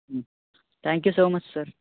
ಹ್ಞೂ thank you so much sir